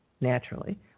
naturally